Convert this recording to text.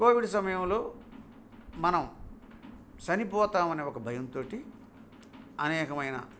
Covid సమయంలో మనం చనిపోతాం అనే ఒక భయంతో అనేకమైన